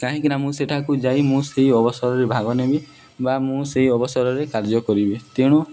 କାହିଁକିନା ମୁଁ ସେଠାକୁ ଯାଇ ମୁଁ ସେଇ ଅବସରରେ ଭାଗ ନେମି ବା ମୁଁ ସେଇ ଅବସରରେ କାର୍ଯ୍ୟ କରିବି ତେଣୁ